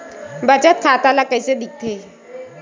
बचत खाता ला कइसे दिखथे?